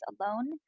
alone